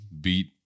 beat